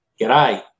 g'day